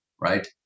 right